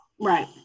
Right